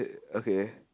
okay